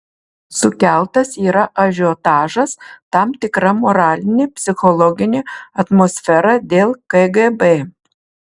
sukeltas yra ažiotažas tam tikra moralinė psichologinė atmosfera dėl kgb